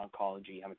oncology